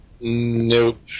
Nope